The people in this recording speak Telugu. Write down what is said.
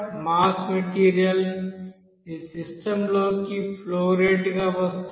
మాస్ మెటీరియల్ ఇది సిస్టంలోకి ఫ్లో రేట్ గా వస్తోంది